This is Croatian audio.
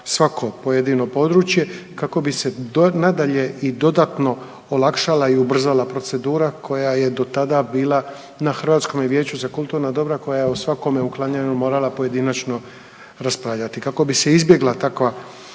svako pojedino područje kako bi se nadalje i dodatno olakšala i ubrzala procedura koja je do tada bila na Hrvatskome vijeću za kulturna dobra koja je o svakome uklanjanju morala pojedinačno raspravljati. Kako bi se izbjegla takva,